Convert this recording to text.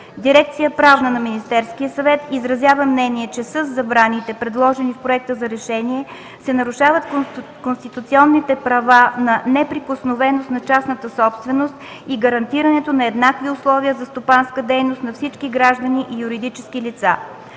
Дирекция „Правна” на Министерския съвет изразява мнение, че със забраните предложени в проекта за решение се нарушават конституционните права за неприкосновеност на частната собственост и гарантирането на еднакви условия за стопанска дейност на всички граждани и юридически лица.